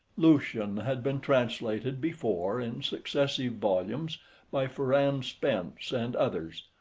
lucian had been translated before in successive volumes by ferrand spence and others,